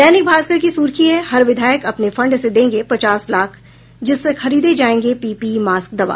दैनिक भास्कर की सुर्खी है हर विधायक अपने फंड से देंगे पचास लाख जिससे खरीदे जाएंगे पीपीई मास्क दवा